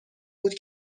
بود